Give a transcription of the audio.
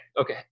Okay